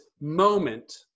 moment